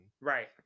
Right